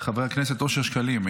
חבר הכנסת אושר שקלים,